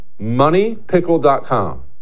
Moneypickle.com